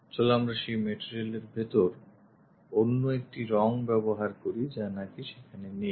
চলো আমরা সেই material এর ভেতর অন্য একটি রং ব্যবহার করি যা নাকি সেখানে নেই